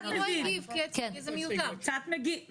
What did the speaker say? קצת מבין.